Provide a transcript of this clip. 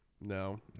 No